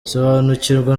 sobanukirwa